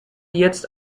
jetzt